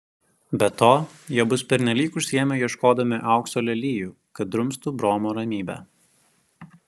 be to jie bus pernelyg užsiėmę ieškodami aukso lelijų kad drumstų bromo ramybę